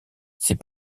ces